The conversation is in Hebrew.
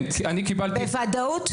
כן, אני קיבלתי --- בוודאות?